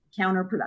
counterproductive